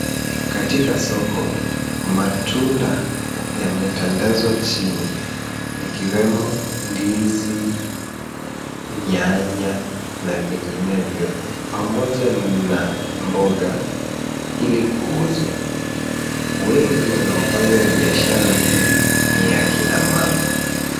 Katika soko, matunda yametandazwa chini ikiwemo ndizi, nyanya na vinginevyo pamoja na mboga ili kuuzwa. Wengi wanaofanya biashara hii ni akina mama.